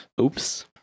Oops